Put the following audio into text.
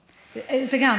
במערב.